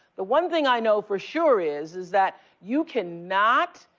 the one thing i know for sure is, is that you cannot,